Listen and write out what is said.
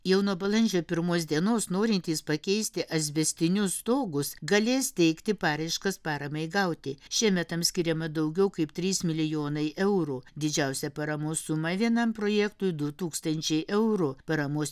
jau nuo balandžio pirmos dienos norintys pakeisti asbestinius stogus galės teikti paraiškas paramai gauti šiemet tam skiriama daugiau kaip trys milijonai eurų didžiausia paramos suma vienam projektui du tūkstančiai eurų paramos